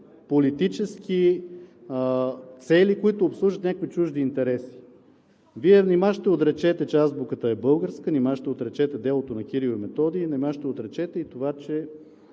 политически цели, които обслужват някакви чужди интереси? Вие нима ще отречете, че азбуката е българска? Нима ще отречете делото на Кирил и Методий? Нима ще отречете и това, че